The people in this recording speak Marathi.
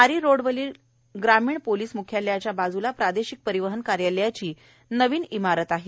नारी रोडवरील ग्रामीण पोलीस मुख्यालयाच्या बाजूला प्रादेशिक परिवहन कार्यालयाची नवीन इमारत आहे